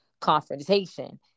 confrontation